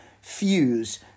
Fuse